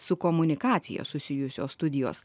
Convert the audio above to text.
su komunikacija susijusios studijos